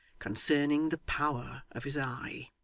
concerning the power of his eye.